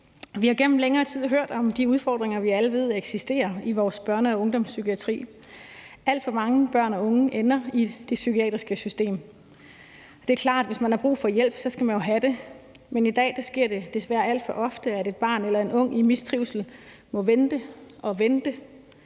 Vi har gennem længere tid hørt om de udfordringer, vi alle ved eksisterer i vores børne- og ungdomspsykiatri. Alt for mange børn og unge ender i det psykiatriske system. Det er klart, at man, hvis man har brug for hjælp, skal have det, men i dag sker det desværre alt for ofte, at et barn eller en ung i mistrivsel må vente og vente